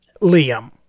Liam